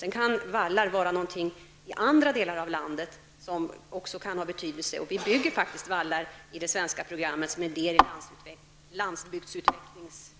Sedan kan vallar vara något som också kan ha betydelse i andra delar av landet. Och det byggs faktiskt vallar inom ramen för det svenska programet som en del av landsbygdsutvecklingssektorn.